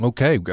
Okay